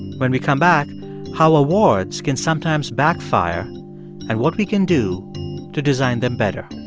when we come back how awards can sometimes backfire and what we can do to design them better